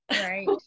Right